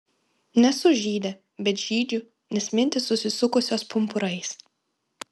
nesu žydė bet žydžiu nes mintys susisukusios pumpurais